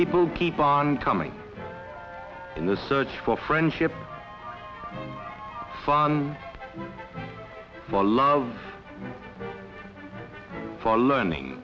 people keep on coming in the search for friendship fun a love for learning